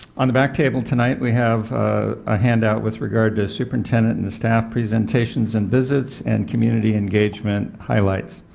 on the back table tonight we have a handout with regard to superintendent and staff presentations and visits and community engagement highlights.